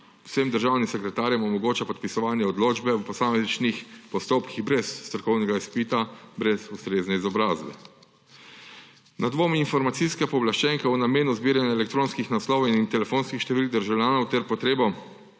vsem državnim sekretarjem omogoča podpisovanje odločbe v posamičnih postopkih brez strokovnega izpita, brez ustrezne izobrazbe. Na dvom informacijske pooblaščenke o namenu zbiranja elektronskih naslovov in telefonskih številk državljanov ter potrebe